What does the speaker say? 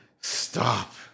stop